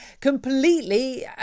completely